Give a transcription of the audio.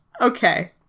okay